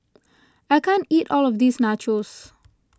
I can't eat all of this Nachos